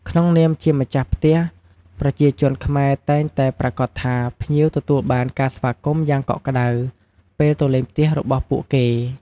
ក្នុងនាមជាម្ចាស់ផ្ទះ ប្រជាជនខ្មែរតែងតែប្រាកដថា ភ្ញៀវទទួលបានការស្វាគមន៍យ៉ាងកក់ក្ដៅ ពេលទៅលេងផ្ទះរបស់ពួកគេ។